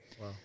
Wow